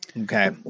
Okay